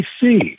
see